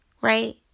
right